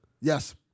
Yes